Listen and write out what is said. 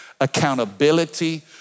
accountability